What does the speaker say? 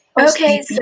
Okay